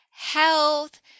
health